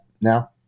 now